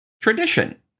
Tradition